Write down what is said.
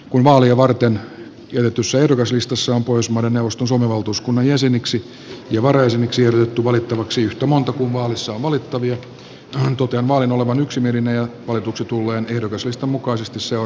kun vaalia varten jätetyssä ehdokaslistassa on pohjoismaiden neuvoston suomen valtuuskunnan jäseniksi ja varajäseniksi ehdotettu valittaviksi yhtä monta kuin vaalissa on valittavia totean vaalin olevan yksimielinen ja valituiksi tulleen ehdokaslistan mukaisesti se on